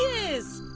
is!